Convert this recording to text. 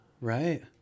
Right